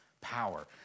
power